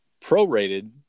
prorated